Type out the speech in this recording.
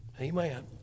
Amen